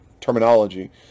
terminology